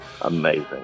Amazing